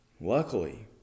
Luckily